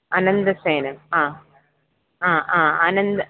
അനന്തശയനം ആ ആ ആ അനന്ത